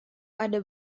ada